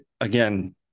again